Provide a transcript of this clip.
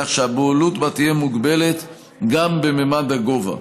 כך שהבעלות בה תהיה מוגבלת גם בממד הגובה.